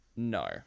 No